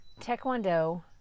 Taekwondo